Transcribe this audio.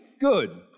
good